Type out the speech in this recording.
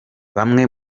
bamwe